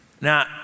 Now